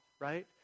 right